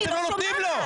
אבל אתם לא נותנים לו.